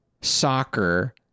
soccer